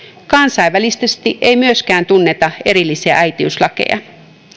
kansainvälisesti ei tunneta erillisiä äitiyslakeja